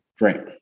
right